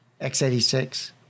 x86